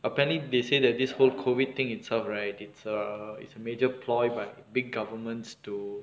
apparently they say that this whole COVID thing itself right it's a it's a major plot by big governments to